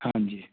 ਹਾਂਜੀ